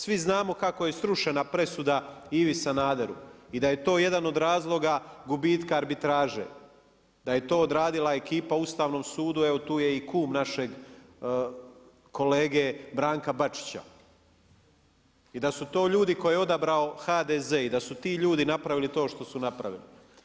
Svi znamo kako je srušena presuda Ivi Sanaderu i da je to jedan od razloga gubitka arbitraže, da je to odradila ekipa u Ustavnom sudu evo tu je i kum našeg kolege Branka Bačića i da su to ljudi koje je odabrao HDZ i da su ti ljudi napravili to što su napravili.